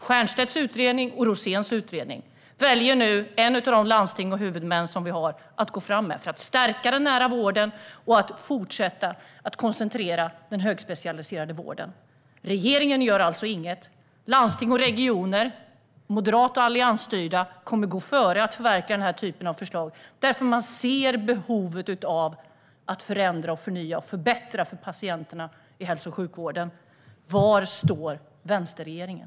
Det handlar om Stiernstedts respektive Roséns utredning. Ett av våra landsting, en av våra huvudmän, väljer nu att gå fram för att stärka den nära vården och fortsätta koncentrera den högspecialiserade vården. Regeringen gör alltså inget medan landsting och regioner, moderat och alliansstyrda, kommer att gå före och förverkliga dessa förslag. De ser behovet av att förändra, förnya och förbättra för patienterna inom hälso och sjukvården. Var står vänsterregeringen?